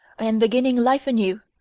i am beginning life anew.